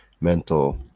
mental